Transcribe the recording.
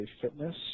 Fitness